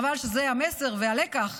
חבל שזה המסר והלקח,